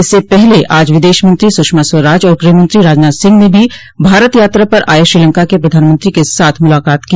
इसस पहले आज विदेशमंत्री सुषमा स्वराज और गृहमंत्री राजनाथ सिंह ने भी भारत यात्रा पर आए श्रीलंका के प्रधानमंत्री के साथ मुलाकात की